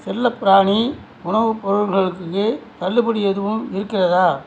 செல்லப்பிராணி உணவுப் பொருட்களுக்கு தள்ளுபடி எதுவும் இருக்கிறதா